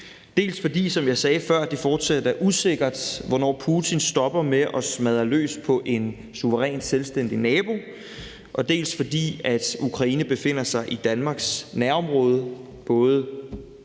dels fordi, som jeg sagde før, at det fortsat er usikkert, hvornår Putin stopper med at smadre løs på en suveræn selvstændig nabo, og dels fordi Ukraine befinder sig i Danmarks nærområde, både